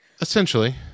Essentially